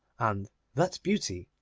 and that beauty,